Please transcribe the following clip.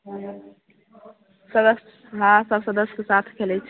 हँ सदस्य हँ सब सदस्यके साथ खेलै छै